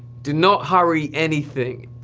do not hurry anything.